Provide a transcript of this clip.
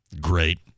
Great